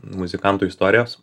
muzikantų istorijos